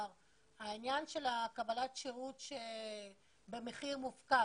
קבלת שירות במחיר מופקע,